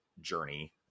Journey